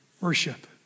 worship